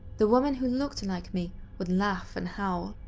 the woman who looked like me would laugh and howl,